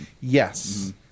Yes